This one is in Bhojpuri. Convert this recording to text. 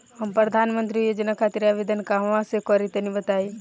हम प्रधनमंत्री योजना खातिर आवेदन कहवा से करि तनि बताईं?